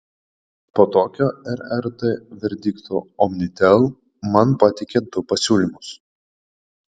po tokio rrt verdikto omnitel man pateikė du pasiūlymus